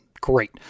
great